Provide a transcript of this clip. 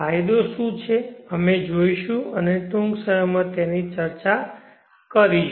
ફાયદો શું છે અમે જોઈશું અને ટૂંક સમયમાં તેની ચર્ચા કરીશ